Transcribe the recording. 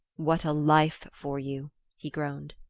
what a life for you he groaned.